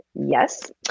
Yes